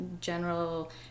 general